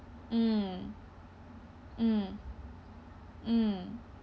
mm mm mm